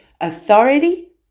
authority